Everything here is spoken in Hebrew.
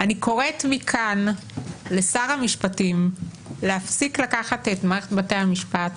אני קוראת מכאן לשר המשפטים להפסיק לקחת את מערכת בתי המשפט